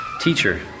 Teacher